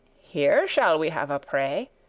here shall we have a prey,